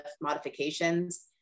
modifications